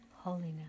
Holiness